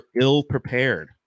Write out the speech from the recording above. ill-prepared